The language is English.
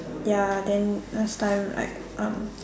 ya then last time like um